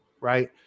Right